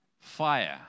fire